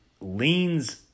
leans